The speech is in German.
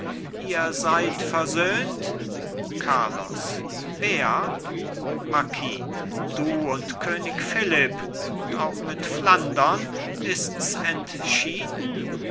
ihr seid versöhnt carlos wer marquis du und könig philipp und auch mit flandern ists entschieden